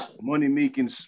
money-making